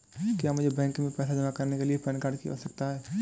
क्या मुझे बैंक में पैसा जमा करने के लिए पैन कार्ड की आवश्यकता है?